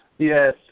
Yes